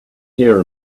here